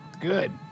good